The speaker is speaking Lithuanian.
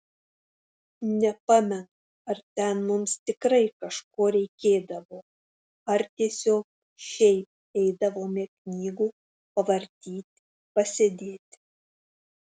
nepamenu ar ten mums tikrai kažko reikėdavo ar tiesiog šiaip eidavome knygų pavartyti pasėdėti